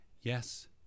Yes